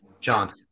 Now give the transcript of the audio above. John